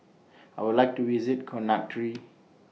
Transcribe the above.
I Would like to visit Conakry